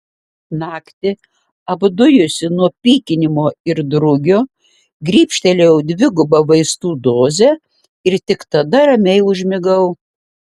naktį apdujusi nuo pykinimo ir drugio grybštelėjau dvigubą vaistų dozę ir tik tada ramiai užmigau